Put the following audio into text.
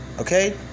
Okay